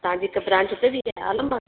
तव्हांजी हिकु ब्रांच हुते बि आहे आलमबाग में